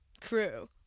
crew